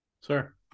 Sir